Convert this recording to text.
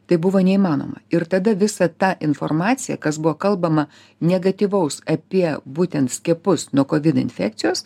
tai buvo neįmanoma ir tada visa ta informacija kas buvo kalbama negatyvaus apie būtent skiepus nuo covid infekcijos